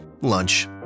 lunch